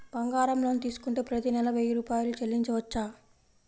బంగారం లోన్ తీసుకుంటే ప్రతి నెల వెయ్యి రూపాయలు చెల్లించవచ్చా?